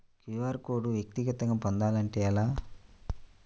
QR code వ్యక్తిగతంగా పొందాలంటే ఎలా?